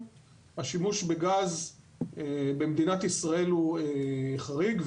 השימוש בגז במדינת ישראל הוא חריג,